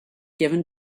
given